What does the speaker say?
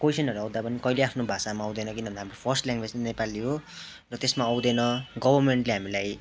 क्वेसनहरू आउँदा पनि कहिले आफ्नो भाषामा आउँदैन किनभने हाम्रो फर्स्ट ल्याङ्ग्वेज नै नेपाली हो र त्यसमा आउँदैन गभर्मेन्टले हामीलाई